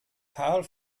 karl